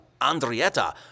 Andrietta